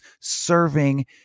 serving